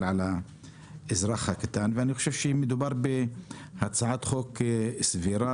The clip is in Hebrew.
על האזרח הקטן ואני חושב שמדובר בהצעת חוק סבירה,